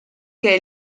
che